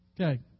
Okay